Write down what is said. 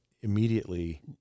Immediately